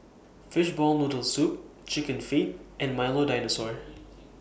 Fishball Noodle Soup Chicken Feet and Milo Dinosaur